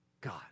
God